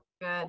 Good